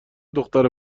دختر